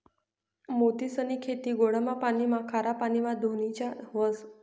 मोतीसनी खेती गोडा पाणीमा, खारा पाणीमा धोनीच्या व्हस